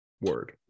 word